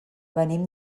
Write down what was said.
venim